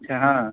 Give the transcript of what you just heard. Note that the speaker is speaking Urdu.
اچھا ہاں